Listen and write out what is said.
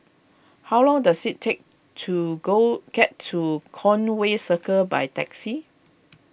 how long does it take to go get to Conway Circle by taxi